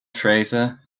fraser